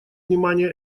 внимание